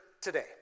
today